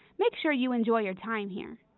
make sure you enjoy your time here.